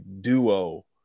duo